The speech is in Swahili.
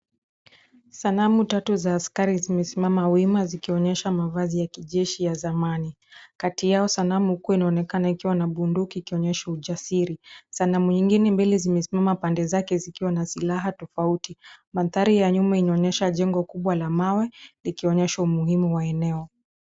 Sanamu tatu za askari zimesimama wima zikionyesha mavazi ya kijeshi ya zamani. Kati yao sanamu kuu inaonekana ikiwa na bunduki ikionyesha ujasiri. Sanamu ingine mbili zimesimama pande zake zikiwa na silaha tofauti. Mandhari ya nyuma inaonyesha jengo kubwa la mawe, likionyeshwa umuhimu wa eneo.